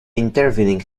intervening